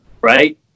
right